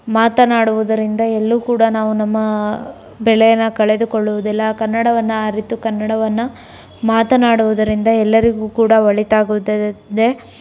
ಮಾತನಾಡುವುದರಿಂದ ಎಲ್ಲೂ ಕೂಡ ನಾವು ನಮ್ಮ ಬೆಲೇನ ಕಳೆದುಕೊಳ್ಳುವುದಿಲ್ಲ ಕನ್ನಡವನ್ನು ಅರಿತು ಕನ್ನಡವನ್ನು ಮಾತನಾಡುವುದರಿಂದ ಎಲ್ಲರಿಗೂ ಕೂಡ ಒಳಿತಾಗುತ್ತದೆ